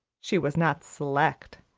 she was not select,